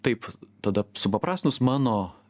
taip tada supaprastinus mano